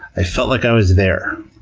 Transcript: i felt like i was there.